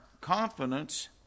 confidence